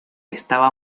estaba